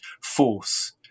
force